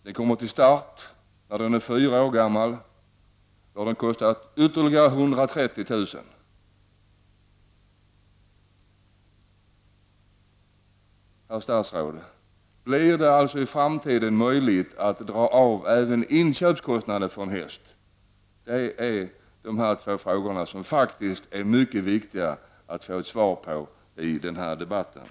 Den kommer till start när den är fyra år gammal och då har den kostat ytterligare 130 000 kr. Herr statsråd, blir det möjligt att i framtiden dra av även kostnader för inköp av en häst? Det är angeläget att få svar på dessa mycket viktiga frågor.